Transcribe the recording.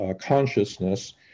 consciousness